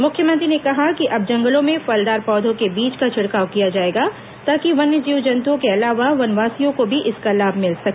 मुख्यमंत्री ने कहा कि अब जंगलों में फलदार पौधों के बीज का छिड़काव किया जाएगा ताकि वन्य जीव जंतुओं के अलावा वनवासियों को भी इसका लाभ मिल सके